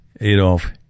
Adolf